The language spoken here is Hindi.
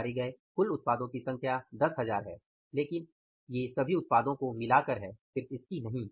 नकारे गए कुल उत्पादों की संख्या 10000 है लेकिन सभी उत्पादों को मिलाकर इसकी नहीं